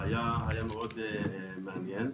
היה מאוד מעניין.